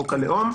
חוק הלאום,